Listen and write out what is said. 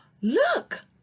Look